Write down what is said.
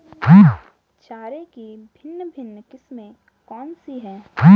चारे की भिन्न भिन्न किस्में कौन सी हैं?